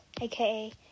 AKA